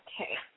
Okay